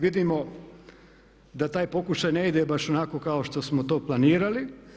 Vidimo da taj pokušaj ne ide baš onako kao što smo to planirali.